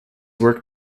work